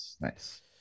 Nice